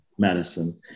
Medicine